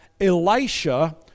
Elisha